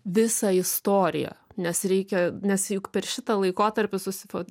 visą istoriją nes reikia nes juk per šitą laikotarpį susifo